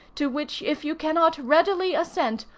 to which if you cannot readily assent,